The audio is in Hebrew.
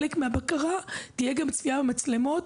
חלק מהבקרה תהיה גם צפייה במצלמות,